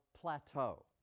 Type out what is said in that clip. plateau